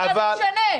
אז מה זה משנה.